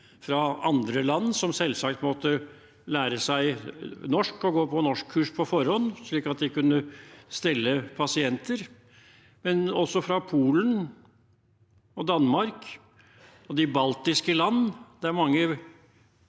fra andre land, som selvsagt har måttet lære seg norsk og gå på norskkurs på forhånd, slik at de kunne stelle pasienter – også fra Polen og Danmark og de baltiske land. Det er mange